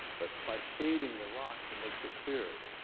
but by shading the rock, he makes it clear.